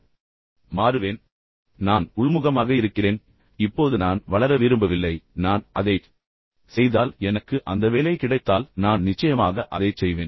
இப்போது நான் வெட்கப்படுகிறேன் இப்போது நான் உள்முகமாக இருக்கிறேன் இப்போது நான் வளர விரும்பவில்லை நான் அதைச் செய்தால் எனக்கு அந்த வேலை கிடைத்தால் நான் நிச்சயமாக அதைச் செய்வேன்